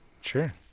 Sure